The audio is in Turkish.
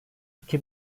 iki